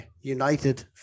United